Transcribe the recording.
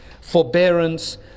forbearance